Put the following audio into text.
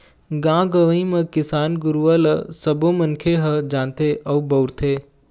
गाँव गंवई म किसान गुरूवा ल सबो मनखे ह जानथे अउ बउरथे